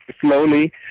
slowly